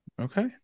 Okay